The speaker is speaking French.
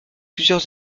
plusieurs